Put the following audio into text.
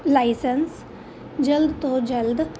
licence ਜਲਦ ਤੋਂ ਜਲਦ